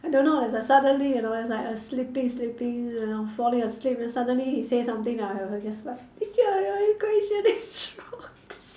don't know is like suddenly you know it's like sleeping sleeping falling asleep then suddenly he say something then I was just like teacher your equation is wrong